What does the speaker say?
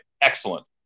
excellent